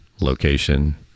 location